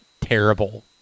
terrible